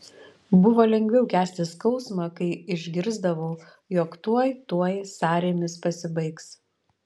buvo lengviau kęsti skausmą kai išgirsdavau jog tuoj tuoj sąrėmis pasibaigs